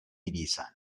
divisa